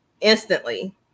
instantly